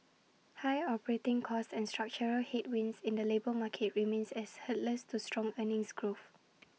high operating costs and structural headwinds in the labour market remains as hurdles to strong earnings growth